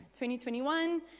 2021